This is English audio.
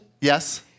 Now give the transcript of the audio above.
Yes